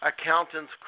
accountants